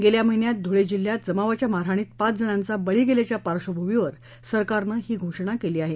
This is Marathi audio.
गेल्या महिन्यात धुळे जिल्ह्यात जमावाच्या मारहाणीत पाच जणांचा बळी गेल्याच्या पार्श्वभूमीवर सरकारनं ही घोषणा केली आहे